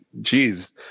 Jeez